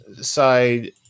side